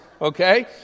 Okay